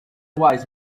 wise